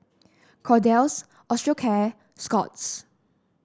Kordel's Osteocare and Scott's